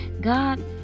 God